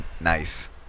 nice